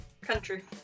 Country